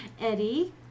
Eddie